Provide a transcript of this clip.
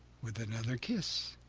with another kiss,